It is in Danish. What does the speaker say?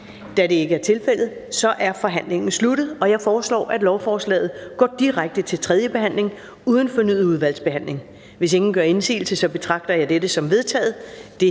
Da det ikke er tilfældet, er forhandlingen sluttet. Jeg foreslår, at lovforslaget går direkte til tredje behandling uden fornyet udvalgsbehandling. Hvis ingen gør indsigelse, betragter jeg dette som vedtaget.